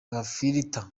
gafirita